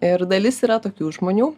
ir dalis yra tokių žmonių